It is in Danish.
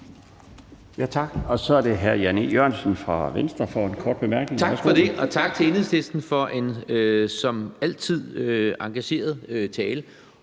Tak for det, og tak til Enhedslistens ordfører for en som altid engageret tale.